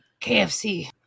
KFC